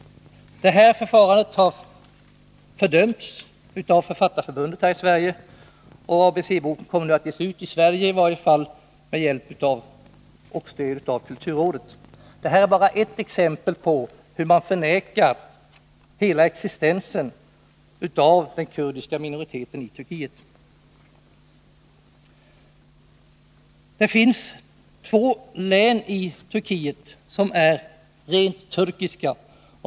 Detta förfarande har fördömts av Författarförbundet här i Sverige. ABC-boken kommer nu att ges ut i Sverige med stöd av kulturrådet. — Detta är bara ett exempel på hur man förnekar hela existensen av den kurdiska minoriteten i Turkiet. Det finns två län i Turkiet som är rent kurdiska.